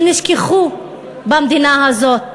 שנשכחו במדינה הזאת,